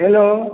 hello